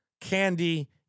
candy